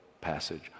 passage